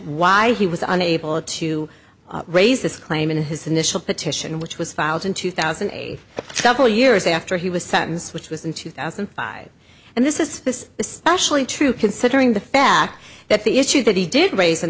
why he was unable to raise this claim in his initial petition which was filed in two thousand a couple of years after he was sentenced which was in two thousand and five and this is this especially true considering the fact that the issue that he did rais